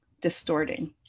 distorting